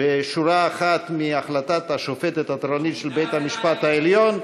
בשורה אחת מהחלטת השופטת התורנית של בית-המשפט העליון,